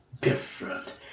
different